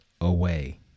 away